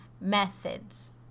Methods